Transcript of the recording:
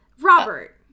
Robert